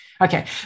Okay